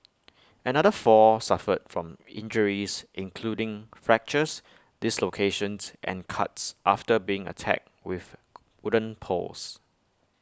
another four suffered from injuries including fractures dislocations and cuts after being attacked with wooden poles